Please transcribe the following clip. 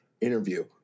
interview